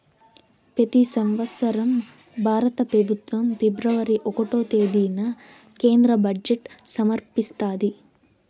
పెతి సంవత్సరం భారత పెబుత్వం ఫిబ్రవరి ఒకటో తేదీన కేంద్ర బడ్జెట్ సమర్పిస్తాది